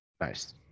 Nice